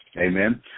Amen